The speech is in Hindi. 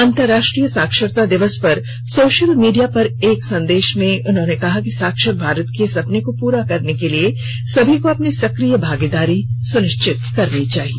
अंतर्राष्ट्रीय साक्षरता दिवस पर सोशल मीडिया पर एक संदेश में उन्होंने कहा कि साक्षर भारत के सपने को पूरा करने के लिए सभी को अपनी सक्रिय भागीदारी सुनिश्चित करनी चाहिए